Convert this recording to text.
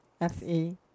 F-E